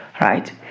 right